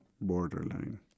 borderline